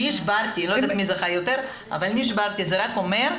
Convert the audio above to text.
זה רק אומר,